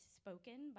spoken